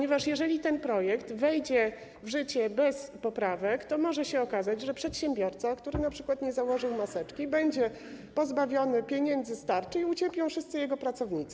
Jeżeli ten projekt wejdzie w życie bez poprawek, może się okazać, że przedsiębiorca, który np. nie założył maseczki, będzie pozbawiony pieniędzy z tarczy i ucierpią wszyscy jego pracownicy.